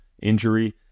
injury